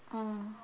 mm